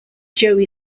joey